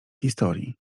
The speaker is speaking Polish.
historii